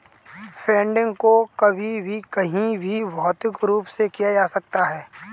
funding को कभी भी कहीं भी भौतिक रूप से किया जा सकता है